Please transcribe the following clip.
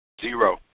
Zero